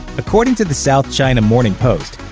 according to the south china morning post,